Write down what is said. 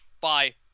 bye